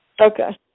Okay